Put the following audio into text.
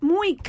Muy